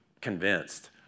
convinced